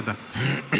תודה.